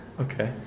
Okay